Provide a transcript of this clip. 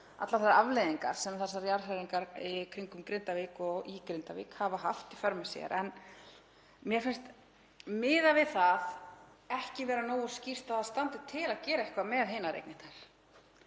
allar þær afleiðingar sem þessar jarðhræringar í kringum Grindavík og í Grindavík hafa haft í för með sér. En mér finnst miðað við það ekki vera nógu skýrt að það standi til að gera eitthvað með hinar eignirnar.